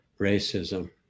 racism